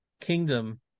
kingdom